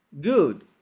Good